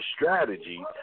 strategy